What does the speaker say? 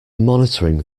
monitoring